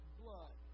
blood